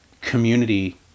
community